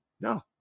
No